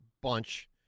Bunch